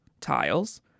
tiles